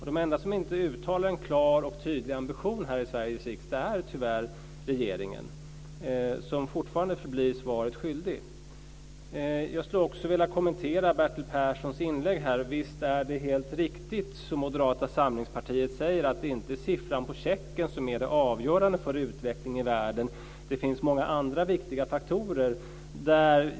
De enda som inte uttalar en klar och tydlig ambition här i Sveriges riksdag är tyvärr regeringen, som fortfarande förblir svaret skyldig. Jag skulle också vilja kommentera Bertil Perssons inlägg. Visst är det helt riktigt som Moderata samlingspartiet säger att det inte är siffran på checken som är avgörande för utvecklingen i världen. Det finns många andra viktiga faktorer.